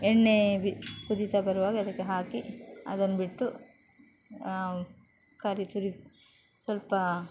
ಎಣ್ಣೆ ಬಿ ಕುದಿತಾ ಬರುವಾಗ ಅದಕ್ಕೆ ಹಾಕಿ ಅದನ್ನ ಬಿಟ್ಟು ಕರಿ ತುರಿದ ಸ್ವಲ್ಪ